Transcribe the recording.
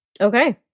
Okay